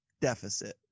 deficit